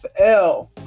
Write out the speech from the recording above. NFL